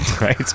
right